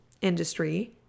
industry